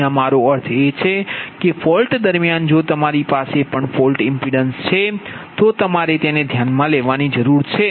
અહીયા મારો અર્થ એ છે કે ફોલ્ટ દરમિયાન જો તમારી પાસે પણ ફોલ્ટ ઇમ્પિડિન્સ છે તો તમારે તેને ધ્યાનમાં લેવાની જરૂર છે